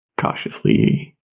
Cautiously